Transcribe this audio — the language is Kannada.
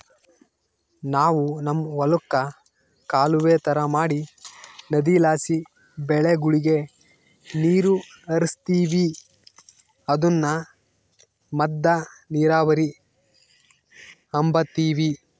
ನಾವು ನಮ್ ಹೊಲುಕ್ಕ ಕಾಲುವೆ ತರ ಮಾಡಿ ನದಿಲಾಸಿ ಬೆಳೆಗುಳಗೆ ನೀರು ಹರಿಸ್ತೀವಿ ಅದುನ್ನ ಮದ್ದ ನೀರಾವರಿ ಅಂಬತೀವಿ